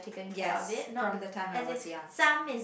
yes from the time I was young